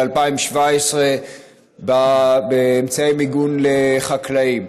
ב-2017 באמצעי מיגון לחקלאים.